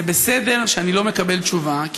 זה בסדר שאני לא מקבל תשובה,